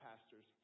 pastors